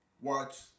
watch